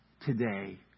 today